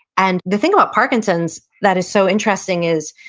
and the thing about parkinson's that is so interesting is,